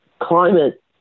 climate